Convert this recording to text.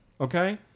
okay